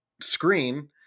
screen